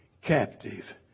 captive